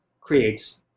creates